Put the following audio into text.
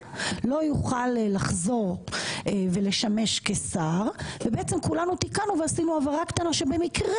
לא יוכל לחזור ולשמש כשר ובעצם כולנו תיקנו ועשינו הבהרה קטנה שבמקרה